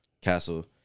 Castle